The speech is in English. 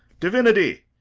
divinity,